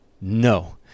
No